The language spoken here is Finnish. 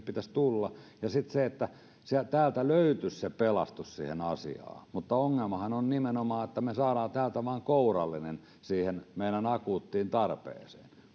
pitäisi tulla jos täältä löytyisikin pelastus siihen asiaan mutta ongelmahan on nimenomaan että me saamme täältä vain kourallisen siihen meidän akuuttiin tarpeeseen